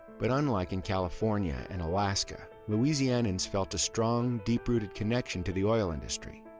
but unlike in california and alaska, louisianan's felt a strong, deep-rooted connection to the oil industry.